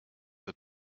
the